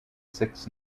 six